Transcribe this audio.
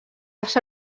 les